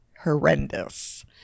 horrendous